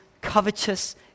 covetous